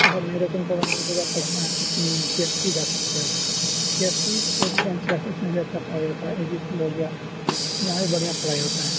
اگر میرے تم کو اگر جگہ پڑھنا ہے تو تم کے ایس سی جا سکتے ہیں K S C coaching science classes میں بھی اچھا پڑھائی ہوتا ہے اے بی سی ہو گیا یہاں بھی بڑھیا پڑھائی ہوتا ہے